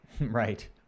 Right